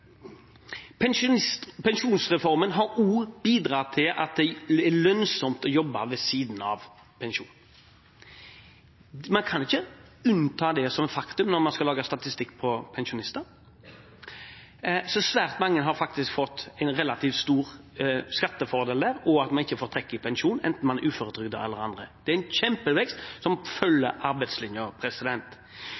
er lønnsomt å jobbe ved siden av pensjonen. Man kan ikke unnta det som et faktum når man skal lage statistikk for pensjonister. Svært mange har faktisk fått en relativt stor skattefordel, og man får ikke trekk i pensjonen enten man er uføretrygdet eller ikke. Det er en kjempevekst, som